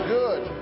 good